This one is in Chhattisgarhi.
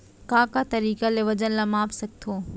का का तरीक़ा ले वजन ला माप सकथो?